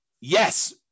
Yes